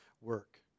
work